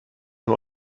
nur